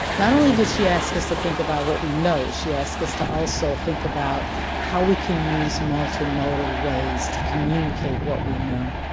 not only did she ask us to think about what we know, she asked us to also think about how we can use multimodal ways to communicate what we know.